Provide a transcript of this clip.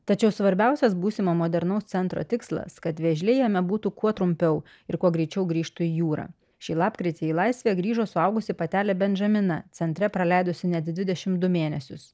tačiau svarbiausias būsimo modernaus centro tikslas kad vėžliai jame būtų kuo trumpiau ir kuo greičiau grįžtų į jūrą šį lapkritį į laisvę grįžo suaugusi patelė benžamina centre praleidusi net dvidešim du mėnesius